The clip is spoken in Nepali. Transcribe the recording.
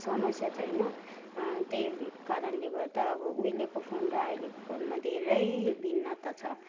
समस्या छैन त्यही कारणले गर्दा अब उहिलेको फोन र अहिलेको फोनमा धेरै भिन्नाता छ